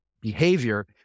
behavior